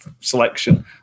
selection